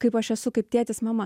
kaip aš esu kaip tėtis mama